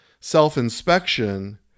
Self-inspection